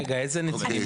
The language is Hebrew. רגע, איזה נציגים?